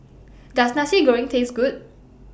Does Nasi Goreng Taste Good